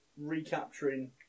recapturing